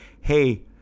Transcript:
hey